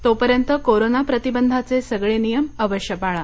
तोपर्यंत कोरोना प्रतिबंधाचे सगळे नियम अवश्य पाळा